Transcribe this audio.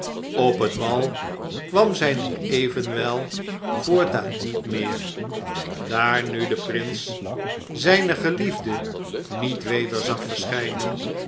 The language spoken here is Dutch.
op het bal kwam zij nu evenwel voortaan niet meer daar nu de prins zijne geliefde niet weder zag verschijnen